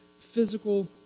physical